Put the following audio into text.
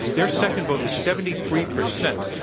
their second vote was seventy three percent.